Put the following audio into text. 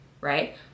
right